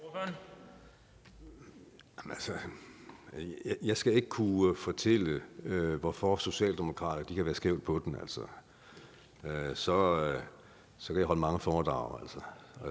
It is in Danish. Jeg skal ikke kunne fortælle, hvorfor socialdemokrater kan være skævt på den – så kunne jeg holde mange foredrag,